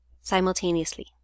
simultaneously